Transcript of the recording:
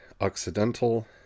Occidental